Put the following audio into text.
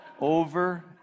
Over